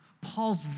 Paul's